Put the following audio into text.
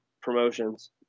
promotions